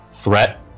threat